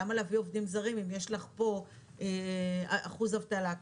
למה להביא עובדים זרים אם יש לך פה אחוז אבטלה כזה?